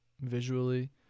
visually